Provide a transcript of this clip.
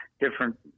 different